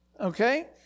Okay